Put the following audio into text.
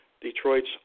Detroit's